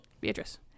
Beatrice